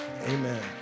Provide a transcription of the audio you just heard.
Amen